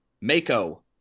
Mako